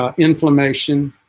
ah inflammation